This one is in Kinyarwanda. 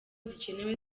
zikenewe